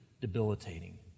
debilitating